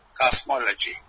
cosmology